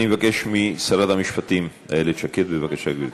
אני מבקש משרת המשפטים איילת שקד בבקשה, גברתי.